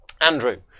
Andrew